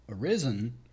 arisen